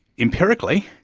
empirically,